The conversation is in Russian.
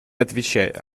отвечая